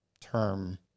term